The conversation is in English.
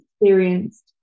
experienced